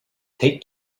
take